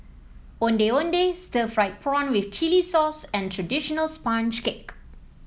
Ondeh Ondeh Stir Fried Prawn with Chili Sauce and traditional sponge cake